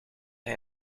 hij